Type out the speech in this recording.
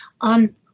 on